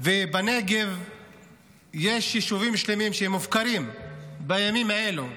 בנגב יש יישובים שלמים שמופקרים בימים האלו.